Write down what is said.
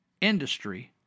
industry